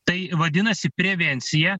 tai vadinasi prevencija